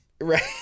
Right